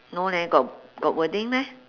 no leh got got wording meh